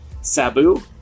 Sabu